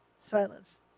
silence